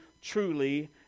truly